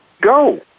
go